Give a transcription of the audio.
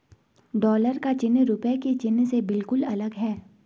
dollar का चिन्ह रूपए के चिन्ह से बिल्कुल अलग है